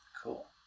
Cool